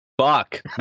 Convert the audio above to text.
fuck